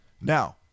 Now